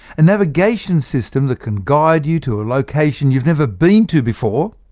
and navigation system that can guide you to a location you've never been to before,